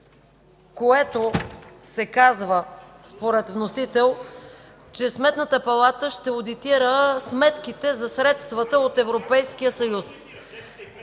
което, според вносител се казва: сметната палата ще одитира сметките за средствата от Европейския съюз.